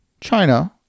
China